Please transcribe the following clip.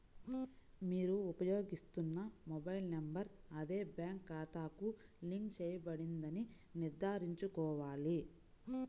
మీరు ఉపయోగిస్తున్న mobile number అదే బ్యాంక్ ఖాతాకు లింక్ చేయబడిందని నిర్ధారించుకోవాలి